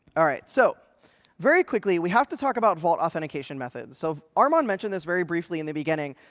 all right. so very quickly, we have to talk about vault authentication methods. so armon mentioned this very briefly in the beginning.